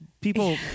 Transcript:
People